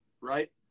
right